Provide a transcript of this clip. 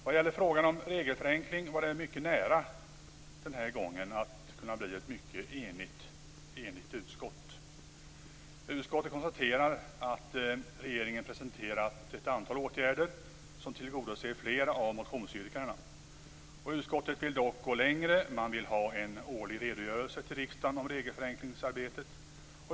Vad gäller frågan om regelförenkling kan jag säga att det denna gång var mycket nära att vi blev eniga i utskottet. Utskottet konstaterar att regeringen presenterat ett antal åtgärder som tillgodoser flera av motionsyrkandena. Utskottet vill dock gå längre. Man vill ha en årlig redogörelse till riksdagen om regelförenklingsarbetet.